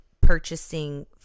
purchasing